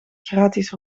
gratis